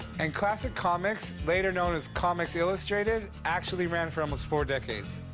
and classic comics, later known as comics illustrated, actually ran for almost four decades.